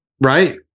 Right